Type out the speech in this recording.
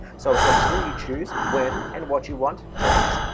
so essentially you choose when and what you wanted to eat.